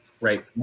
Right